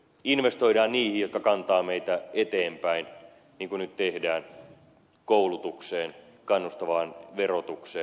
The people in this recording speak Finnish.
investoidaan niihin jotka kantavat meitä eteenpäin niin kuin nyt tehdään koulutukseen kannustavaan verotukseen